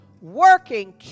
Working